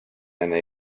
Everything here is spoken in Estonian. enne